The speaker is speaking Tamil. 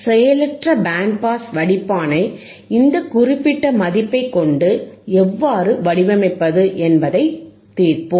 செயலற்ற பேண்ட் பாஸ் வடிப்பானை இந்த குறிப்பிட்ட மதிப்பை கொண்டு எவ்வாறு வடிவமைப்பது என்பதைத் தீர்ப்போம்